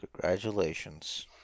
Congratulations